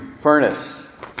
furnace